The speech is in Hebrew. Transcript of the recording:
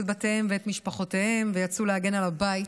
את בתיהם ואת משפחותיהם ויצאו להגן על הבית.